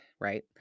Right